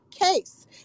case